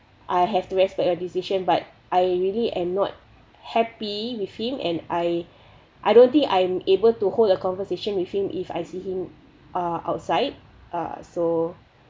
I have to respect your decision but I really am not happy with him and I I don't think I'm able to hold a conversation with him if I see him uh outside uh so